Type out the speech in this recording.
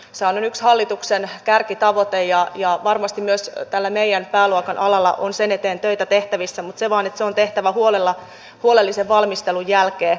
tänäkin päivänä on tärkeää että pystymme myös kriisiolosuhteissa meidän armeijan toimintakyvyn turvaamaan omalla tuotannolla mikä on äärimmäisen tärkeää